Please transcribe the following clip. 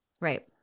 Right